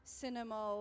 cinema